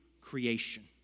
creation